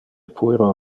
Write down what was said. puero